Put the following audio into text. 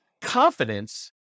confidence